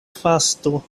fasto